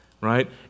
right